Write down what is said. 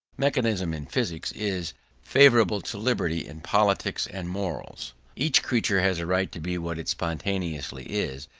mechanism in physics is favourable to liberty in politics and morals each creature has a right to be what it spontaneously is,